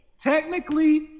Technically